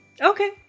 Okay